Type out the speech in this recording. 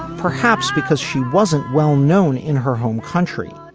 perhaps because she wasn't well-known in her home country.